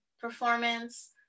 performance